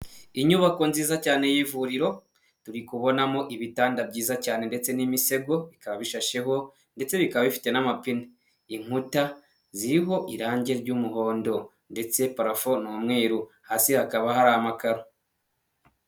Inyubako nziza cyane y'ivuriro turi kubonamo ibitanda byiza cyane ndetse n'imisego bikababishasheho ndetse bikaba bifite n'amapine. Inkuta ziriho irange ry'umuhondo ndetse parafo ni umweru, hasi hakaba hari amakaro.